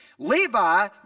Levi